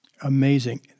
Amazing